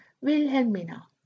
Wilhelmina